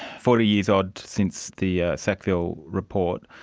forty years-odd since the sackville report.